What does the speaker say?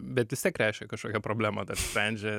bet vis tiek reiškia kažkokią problemą dar sprendžia